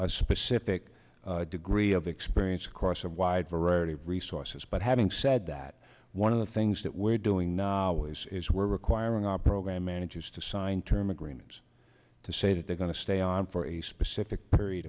a specific degree of experience across a wide variety of resources but having said that one of the things that we're doing now is we're requiring our program managers to sign term agreements to say that they're going to stay on for a specific period